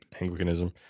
Anglicanism